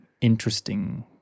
interesting